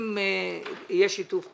אם יהיה שיתוף פעולה,